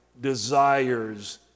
desires